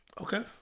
Okay